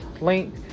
link